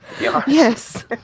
Yes